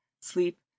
sleep